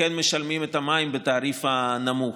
וכן משלמות את המים בתעריף הנמוך.